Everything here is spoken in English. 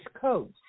Coast